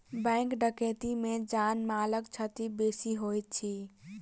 bank डकैती मे जान मालक क्षति बेसी होइत अछि